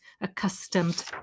accustomed